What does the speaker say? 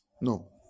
No